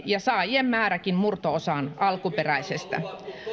ja saajien määräkin murto osaan alkuperäisestä